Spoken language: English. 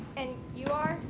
and you are?